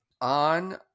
on